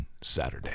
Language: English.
Saturday